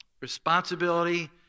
Responsibility